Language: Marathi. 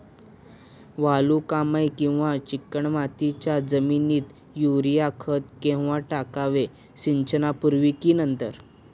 वालुकामय किंवा चिकणमातीच्या जमिनीत युरिया खत केव्हा टाकावे, सिंचनापूर्वी की नंतर?